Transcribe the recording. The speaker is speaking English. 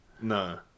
no